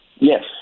Yes